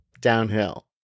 downhill